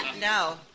No